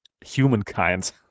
humankind